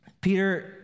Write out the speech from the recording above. Peter